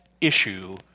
issue